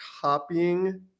copying